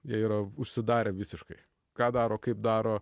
jie yra užsidarę visiškai ką daro kaip daro